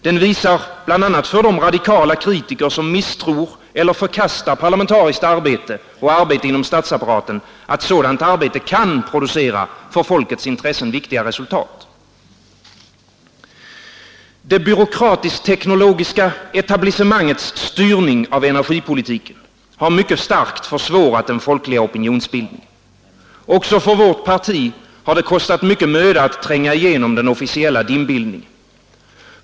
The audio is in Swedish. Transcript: Den visar för de radikala kritiker som misstror eller förkastar parlamentariskt arbete och arbete inom statsapparaten att sådant arbete kan producera för folkets intressen viktiga resultat. Det byråkratisk-tekno logiska etablissemangets styrning av energipolitiken har mycket starkt försvårat den folkliga opinionsbildningen. Också för vårt parti har det kostat mycken möda att tränga igenom den officiella dimbildningen.